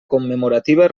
commemorativa